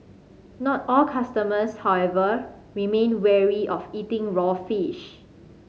not all customers however remain wary of eating raw fish